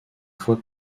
voie